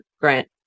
Grant